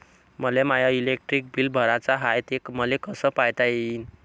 मले my electric bill भराचं हाय, ते मले कस पायता येईन?